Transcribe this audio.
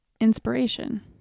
inspiration